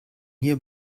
hier